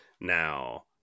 Now